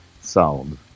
sound